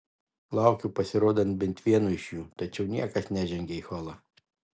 laukiu pasirodant bent vieno iš jų tačiau niekas nežengia į holą